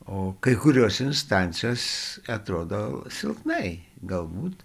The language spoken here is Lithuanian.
o kai kurios instancijos atrodo silpnai galbūt